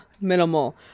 Minimal